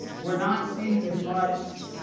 we're not seeing as much